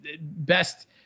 best